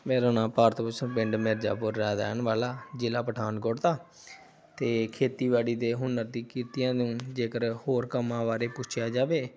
ਮੇਰਾ ਨਾਂ ਭਾਰਤ ਭੂਸ਼ਣ ਪਿੰਡ ਮਿਰਜ਼ਾਪੁਰ ਦਾ ਰਹਿਣ ਵਾਲਾ ਜ਼ਿਲ੍ਹਾ ਪਠਾਨਕੋਟ ਦਾ ਅਤੇ ਖੇਤੀਬਾੜੀ ਦੇ ਹੁਨਰ ਦੀ ਕੀਤੀਆਂ ਨੂੰ ਜੇਕਰ ਹੋਰ ਕੰਮਾਂ ਬਾਰੇ ਪੁੱਛਿਆ ਜਾਵੇ